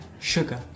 Sugar